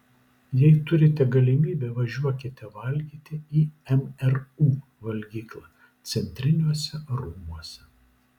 jei turite galimybę važiuokite valgyti į mru valgyklą centriniuose rūmuose